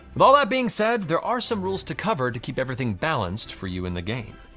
with all that being said, there are some rules to cover to keep everything balanced for you in the game.